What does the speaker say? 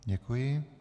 Děkuji.